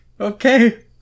Okay